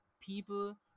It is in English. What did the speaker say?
people